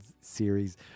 series